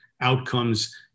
outcomes